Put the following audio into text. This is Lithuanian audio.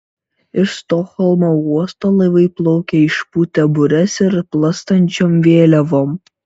iš stokholmo uosto laivai plaukia išpūtę bures ir plastančiom vėliavom